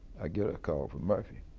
i get a call from murphy.